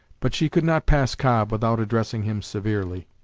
but she could not pass cobb without addressing him severely.